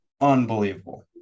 Unbelievable